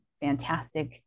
fantastic